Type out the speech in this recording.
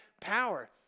power